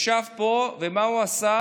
ישב פה, ומה הוא עשה?